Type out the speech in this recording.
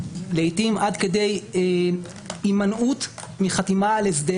לעתים עד כדי הימנעות מחתימה על הסדר